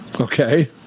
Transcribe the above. Okay